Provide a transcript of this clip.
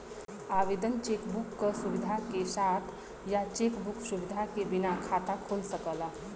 आवेदक cheque book क सुविधा के साथ या चेक बुक सुविधा के बिना खाता खोल सकला